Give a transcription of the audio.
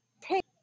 take